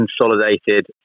consolidated